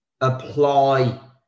apply